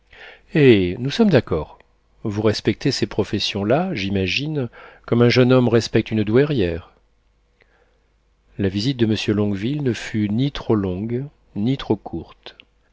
eh nous sommes d'accord vous respectez ces professions là j'imagine comme un jeune homme respecte une douairière la visite de monsieur longueville ne fut ni trop longue ni trop courte